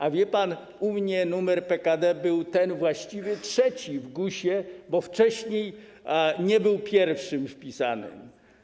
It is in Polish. A wie pan, u mnie numer PKD był ten właściwy trzeci w GUS-ie, bo wcześniej nie był pierwszym wpisanym.